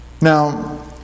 Now